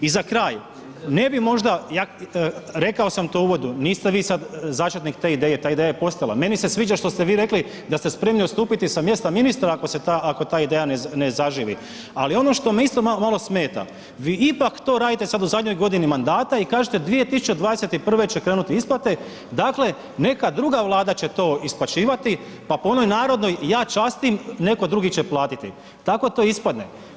I za kraj, ne bi možda, rekao sam to u uvodu, niste vi sad začetnik te ideje, ta ideja je postojala, meni se sviđa što ste vi rekli da ste spremni odstupiti sa mjesta ministra ako ta ideja ne zaživi ali ono što me isto malo smeta, vi ipak to radite u zadnjoj godini mandata i kažete 2021. će krenuti isplate, dakle, neka druga Vlada će isplaćivati pa po onoj narodnoj „Ja častim, neko drugi će platiti“, tako to ispadne.